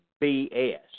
BS